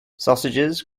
sausages